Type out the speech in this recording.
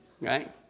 right